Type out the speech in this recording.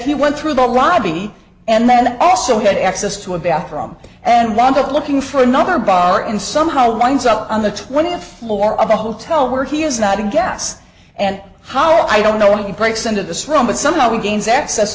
he went through the lobby and then also had access to a bathroom and wound up looking for another bar and somehow winds up on the twentieth floor of a hotel where he is not a gas and how i don't know he breaks into this room but somehow he gains access